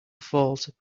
falls